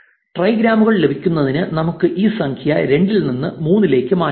ട്രൈഗ്രാമുകൾ ലഭിക്കുന്നതിന് നമുക്ക് ഈ സംഖ്യ രണ്ടിൽ നിന്ന് മൂന്നിലേക്ക് മാറ്റണം